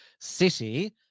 city